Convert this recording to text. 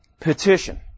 Petition